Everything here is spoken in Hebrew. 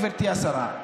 גברתי השרה,